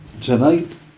Tonight